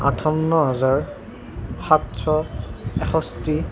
আঠাৱন্ন হেজাৰ সাতশ এষষ্ঠি